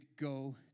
go